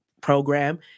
program